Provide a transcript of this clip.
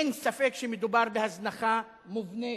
אין ספק שמדובר בהזנחה מובנית,